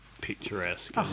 picturesque